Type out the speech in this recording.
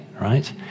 right